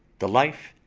the life,